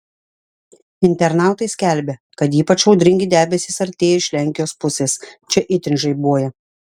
internautai skelbia kad ypač audringi debesys artėja iš lenkijos pusės čia itin žaibuoja